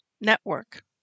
network